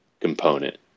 component